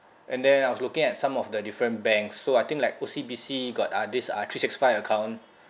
and then I was looking at some of the different banks so I think like O_C_B_C got uh this uh three six five account